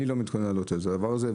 שאני לא מתכוון להעלות את הדבר הזה,